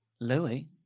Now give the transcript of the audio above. Louis